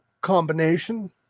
combination